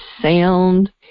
sound